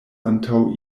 antaŭ